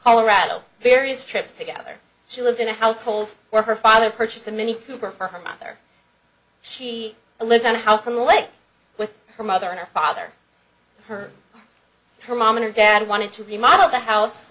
colorado various trips together she lived in a household where her father purchased a mini cooper for her mother she lived on a house in lake with her mother and her father her her mom and her dad wanted to remodel the house